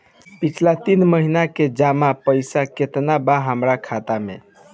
पिछला तीन महीना के जमा पैसा केतना बा हमरा खाता मे?